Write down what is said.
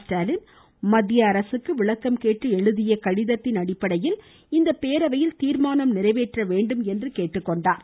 ஸ்டாலின் மத்திய அரசுக்கு விளக்கம் கேட்டு எழுதிய கடிதத்தின் அடிப்படையில் இந்த பேரவையில் தீர்மானம் நிறைவேற்ற வேண்டும் என்று கேட்டுக்கொண்டார்